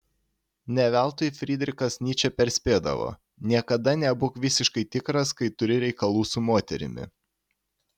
ne veltui frydrichas nyčė perspėdavo niekada nebūk visiškai tikras kai turi reikalų su moterimi